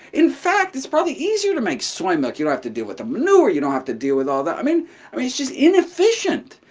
in fact, it's probably easier to make soy milk. you don't have to deal with the manure, you don't have to deal with all the i mean i mean it's just inefficient,